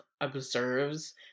observes